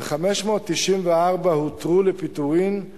594 הותרו לפיטורין,